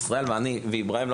איברהים ואני,